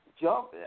jump